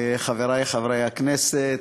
חברי חברי הכנסת,